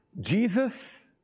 Jesus